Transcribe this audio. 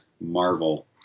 Marvel